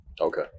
Okay